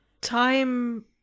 time